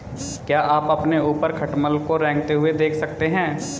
क्या आप अपने ऊपर खटमल को रेंगते हुए देख सकते हैं?